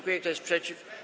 Kto jest przeciw?